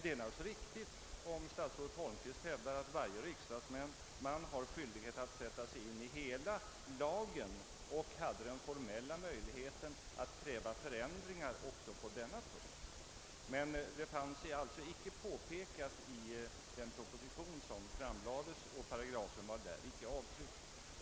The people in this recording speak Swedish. Det är naturligtvis riktigt om statsrådet Holmqvist hävdar, att varje riksdagsman har skyldighet att sätta sig in i hela lagen och hade formell möjlighet att kräva ändring också av denna paragraf. Men någon ändring av 58 § föreslogs alltså icke i propositionen. Denna pragraf släpar med från den gamla lagen.